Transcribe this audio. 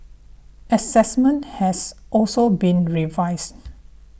assessment has also been revised